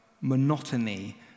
Monotony